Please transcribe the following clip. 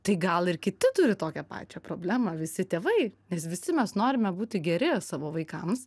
tai gal ir kiti turi tokią pačią problemą visi tėvai nes visi mes norime būti geri savo vaikams